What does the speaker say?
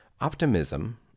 Optimism